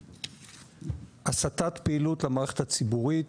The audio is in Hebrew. הסתת פעילות למערכת הציבורית.